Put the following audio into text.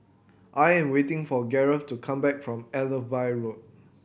I am waiting for Garret to come back from Allenby Road